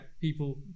people